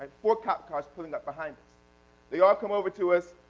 and four cop cars pulling up behind us. they all come over to us.